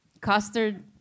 custard